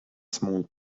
small